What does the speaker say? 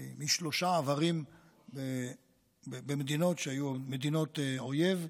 משלושה עברים במדינות שהיו מדינות אויב,